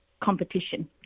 competition